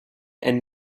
and